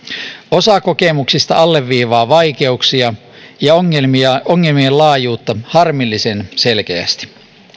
osa kokemuksista alleviivaa vaikeuksia ja ongelmien laajuutta harmillisen selkeästi